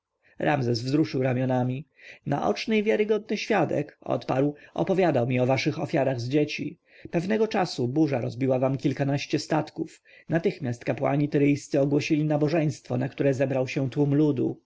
ramzes wzruszył ramionami naoczny i wiarogodny świadek odparł opowiadał mi o waszych ofiarach z dzieci pewnego czasu burza rozbiła wam kilkanaście statków natychmiast kapłani tyryjscy ogłosili nabożeństwo na które zebrał się tłum ludu